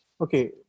okay